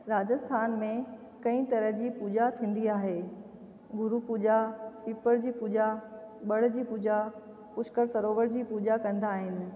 राजस्थान में कई तरह जी पूॼा थींदी आहे गुरू पूॼा पिपर जी पूॼा बढ़ जी पूॼा पुष्कर सरोवर जी पूॼा कंदा आहिनि